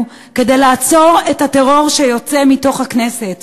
כדי לעצור את הטרור שיוצא מתוך הכנסת.